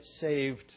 Saved